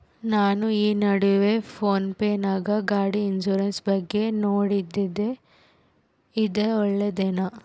ನಾನು ಈ ನಡುವೆ ಫೋನ್ ಪೇ ನಾಗ ಗಾಡಿ ಇನ್ಸುರೆನ್ಸ್ ಬಗ್ಗೆ ನೋಡಿದ್ದೇ ಇದು ಒಳ್ಳೇದೇನಾ?